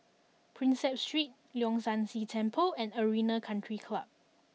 Prinsep Street Leong San See Temple and Arena Country Club